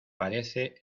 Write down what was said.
parece